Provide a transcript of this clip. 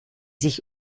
sich